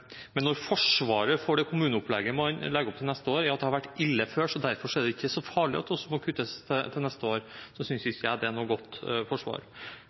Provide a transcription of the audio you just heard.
Men når forsvaret for det kommuneopplegget man legger opp til for neste år, er at det har vært ille før, og derfor er det ikke så farlig at det også må kuttes til neste år, synes jeg ikke det er et godt forsvar.